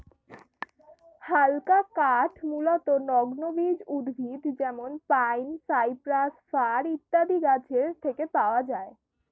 হালকা কাঠ মূলতঃ নগ্নবীজ উদ্ভিদ যেমন পাইন, সাইপ্রাস, ফার ইত্যাদি গাছের থেকে পাওয়া যায়